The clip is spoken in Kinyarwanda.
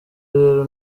rero